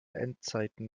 endzeiten